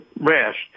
rest